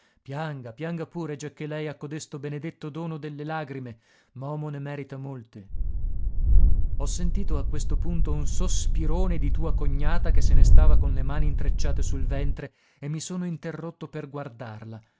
pianga pianga pure giacché lei ha codesto benedetto dono delle lagrime momo ne merita molte ho sentito a questo punto un sospirone di tua cognata che se ne stava con le mani intrecciate sul ventre e mi sono interrotto per guardarla